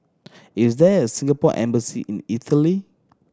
is there a Singapore Embassy in Italy